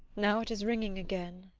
now it is ringing again!